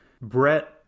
Brett